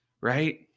Right